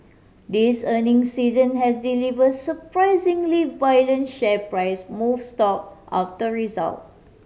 this earning season has delivered surprisingly violent share price move stock after result